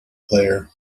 player